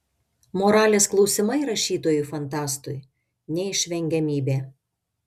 moralės klausimai rašytojui fantastui neišvengiamybė